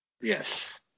Yes